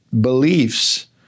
beliefs